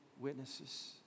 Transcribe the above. witnesses